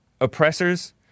oppressors